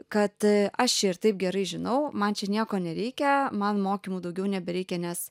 kad aš čia ir taip gerai žinau man čia nieko nereikia man mokymų daugiau nebereikia nes